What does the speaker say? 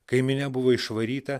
kai minia buvo išvaryta